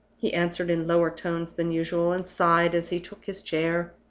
he answered in lower tones than usual, and sighed as he took his chair.